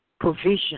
provision